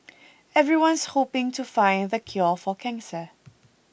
everyone's hoping to find the cure for cancer